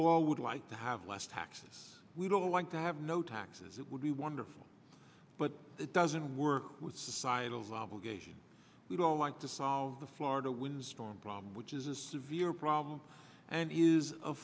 all would like to have less taxes we don't want to have no taxes it would be wonderful but it doesn't work with societal obligation we don't want to solve the florida windstorm problem which is a severe problem and is a